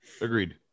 Agreed